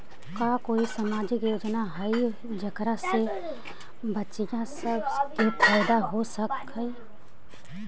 का कोई सामाजिक योजना हई जेकरा से बच्चियाँ सब के फायदा हो सक हई?